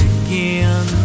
again